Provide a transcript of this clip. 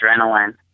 adrenaline